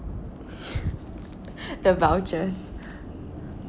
the vouchers